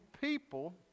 people